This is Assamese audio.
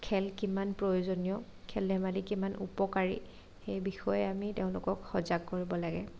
খেল কিমান প্ৰয়োজনীয় খেল ধেমালি কিমান উপকাৰী সেই বিষয়ে আমি তেওঁলোকক সজাগ কৰিব লাগে